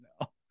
no